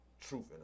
truth